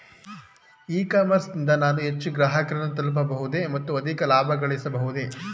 E commerce ನಿಂದ ನಾನು ಹೆಚ್ಚು ಗ್ರಾಹಕರನ್ನು ತಲುಪಬಹುದೇ ಮತ್ತು ಅಧಿಕ ಲಾಭಗಳಿಸಬಹುದೇ?